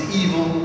evil